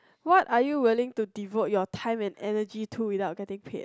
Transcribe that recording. what are you willing to devote your time and energy to without getting paid